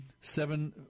seven